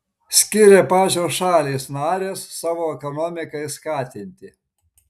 skiria pačios šalys narės savo ekonomikai skatinti